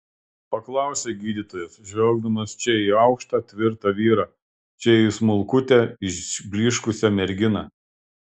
paklausė gydytojas žvelgdamas čia į aukštą tvirtą vyrą čia į smulkutę išblyškusią merginą